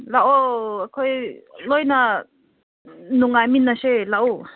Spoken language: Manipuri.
ꯂꯥꯛꯑꯣ ꯑꯩꯈꯣꯏ ꯂꯣꯏꯅ ꯅꯨꯡꯉꯥꯏꯃꯤꯟꯅꯁꯦ ꯂꯥꯛꯑꯣ